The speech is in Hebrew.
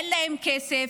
אין להם כסף,